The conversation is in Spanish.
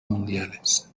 mundiales